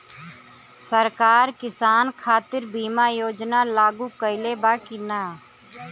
सरकार किसान खातिर बीमा योजना लागू कईले बा की ना?